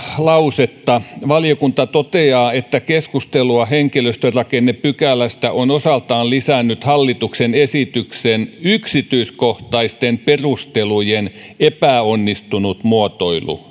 lausetta valiokunta toteaa että keskustelua henkilöstörakennepykälästä on osaltaan lisännyt hallituksen esityksen yksityiskohtaisten perustelujen epäonnistunut muotoilu